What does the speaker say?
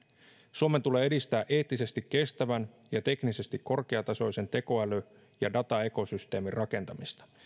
suomen tulee edistää eettisesti kestävän ja teknisesti korkeatasoisen tekoäly ja dataekosysteemin rakentamista